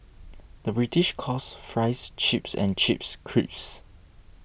the British calls Fries Chips and Chips Crisps